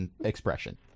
expression